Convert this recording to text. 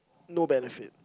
no benefit